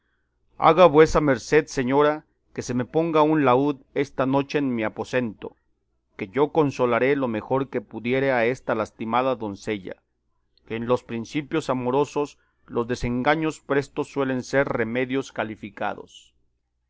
haga vuesa merced señora que se me ponga un laúd esta noche en mi aposento que yo consolaré lo mejor que pudiere a esta lastimada doncella que en los principios amorosos los desengaños prestos suelen ser remedios calificados